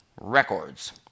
records